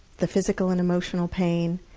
the physical and emotional pain,